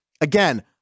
Again